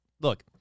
look